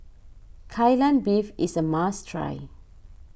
Kai Lan Beef is a must try